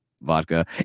vodka